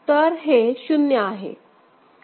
तर हे शून्य आहे